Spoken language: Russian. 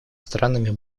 странами